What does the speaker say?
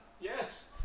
Yes